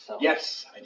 Yes